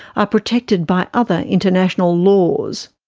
are protected by other international laws.